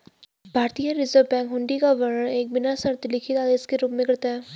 भारतीय Reserve Bank हुंडी का वर्णन एक बिना शर्त लिखित आदेश के रूप में करता है